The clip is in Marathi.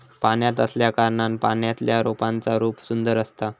पाण्यात असल्याकारणान पाण्यातल्या रोपांचा रूप सुंदर असता